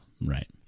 Right